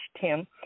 Tim